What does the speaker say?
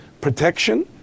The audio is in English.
protection